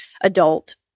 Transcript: adult